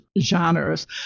genres